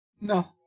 no